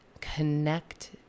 Connect